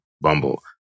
Bumble